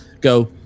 go